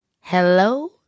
Hello